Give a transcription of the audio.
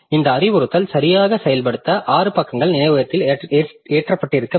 இந்த அறிவுறுத்தல் சரியாக செயல்படுத்த 6 பக்கங்கள் நினைவகத்தில் ஏற்றப்பட்டிருக்க வேண்டும்